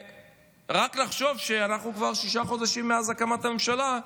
ורק לחשוב שאנחנו כבר שישה חודשים מאז הקמת הממשלה.